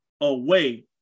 away